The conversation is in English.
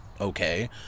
okay